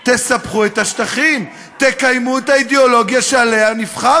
אתה מה-זה לא מגיע